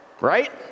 right